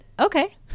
okay